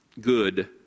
good